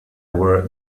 were